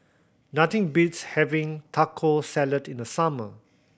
nothing beats having Taco Salad in the summer